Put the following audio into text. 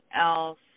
else